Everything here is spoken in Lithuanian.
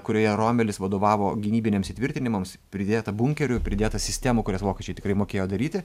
kurioje romelis vadovavo gynybiniams įtvirtinimams pridėta bunkerių pridėta sistemų kurias vokiečiai tikrai mokėjo daryti